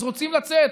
אז רוצים לצאת.